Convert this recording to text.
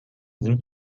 sind